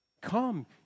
Come